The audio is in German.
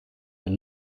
man